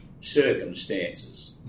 circumstances